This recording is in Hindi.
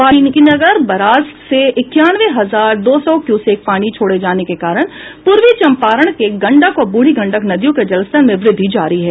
वाल्मीकिनगर बराज से इक्यानवे हजार दो सौ क्यूसेक पानी छोड़े जाने के कारण पूर्वी चंपारण में गंडक और बूढ़ी गंडक नदियों के जलस्तर में वृद्धि जारी है